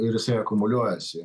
ir jisai akumuliuojasi